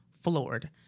floored